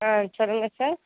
ஆ சொல்லுங்க சார்